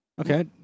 Okay